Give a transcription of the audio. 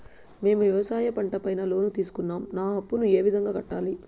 మేము వ్యవసాయ పంట పైన లోను తీసుకున్నాం నా అప్పును ఏ విధంగా కట్టాలి